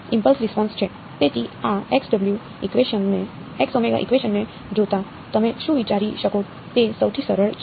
તેથી આ ઇકવેશન ને જોતા તમે શું વિચારી શકો તે સૌથી સરળ છે